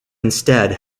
instead